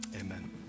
Amen